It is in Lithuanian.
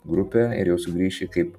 grupę ir jau sugrįši kaip